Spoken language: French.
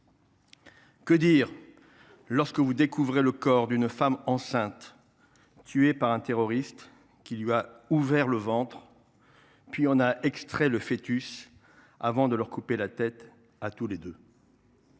Que dire lorsque vous découvrez le corps d’une femme enceinte, tuée par un terroriste, qui lui a ouvert le ventre, puis en a extrait le fœtus avant de leur couper la tête à tous les deux ?